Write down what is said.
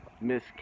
Miss